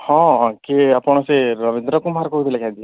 ହଁ କିଏ ଆପଣ ସେ ରବୀନ୍ଦ୍ର କୁମାର କହୁଥିଲେ କାଜି